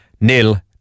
nil